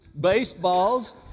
Baseballs